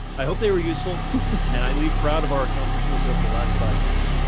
i hope they were useful and i leave proud of our accomplishments over the last five years,